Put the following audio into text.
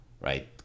right